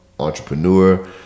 entrepreneur